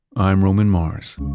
i'm roman mars